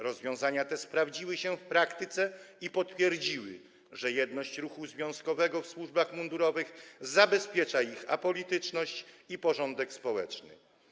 Rozwiązania te sprawdziły się w praktyce i potwierdziły, że jedność ruchu związkowego w służbach mundurowych zabezpiecza ich apolityczność i porządek społeczny.